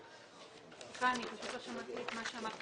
סליחה, לא שמעתי מה אמרת.